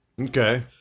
Okay